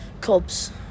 Cubs